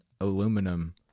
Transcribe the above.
aluminum